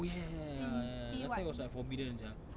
oh ya ya ya ya ya last time it was like forbidden sia